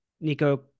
Nico